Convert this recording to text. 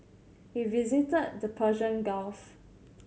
we visited the Persian Gulf